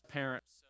parents